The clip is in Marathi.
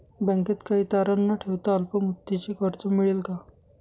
बँकेत काही तारण न ठेवता अल्प मुदतीचे कर्ज मिळेल का?